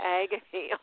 agony